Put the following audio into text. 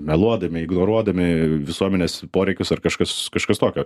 meluodami ignoruodami visuomenės poreikius ar kažkas kažkas tokio